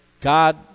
god